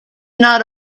not